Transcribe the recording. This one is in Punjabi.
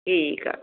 ਠੀਕ ਆ